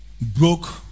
broke